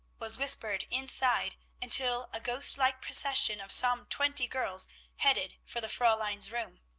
was whispered inside, until a ghost-like procession of some twenty girls headed for the fraulein's room.